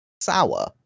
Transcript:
sour